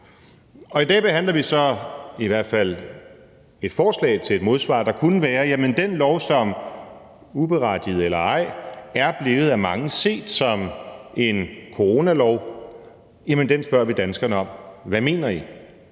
i hvert fald et forslag til et modsvar, der kunne være, at vi i forhold den lov, som uberettiget eller ej, af mange er blevet set som en coronalov, spørger danskerne: Hvad mener I?